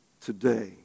today